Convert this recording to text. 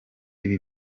ibi